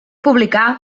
publicà